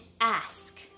ask